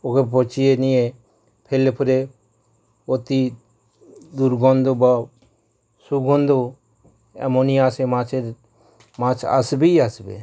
ওকে পচিয়ে নিয়ে ফেললে পরে অতি দুর্গন্ধ সুগন্ধও এমনই আসে মাছের মাছ আসবেই আসবে